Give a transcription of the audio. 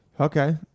Okay